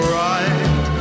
right